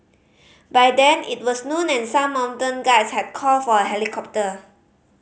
by then it was noon and some mountain guides had called for a helicopter